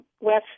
west